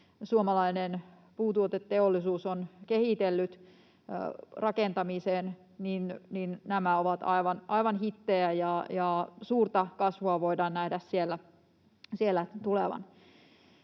suomalainen puutuoteteollisuus on kehitellyt rakentamiseen, ovat aivan hittejä, ja suurta kasvua voidaan nähdä siellä tulevan.